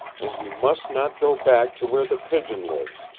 and you must not go back to where the pigeon lives,